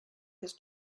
his